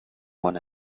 one